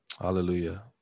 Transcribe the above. Hallelujah